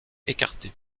écarté